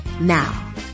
Now